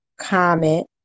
comment